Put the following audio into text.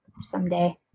someday